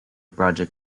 project